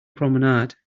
promenade